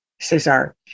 Cesar